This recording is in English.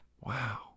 Wow